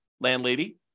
landlady